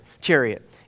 chariot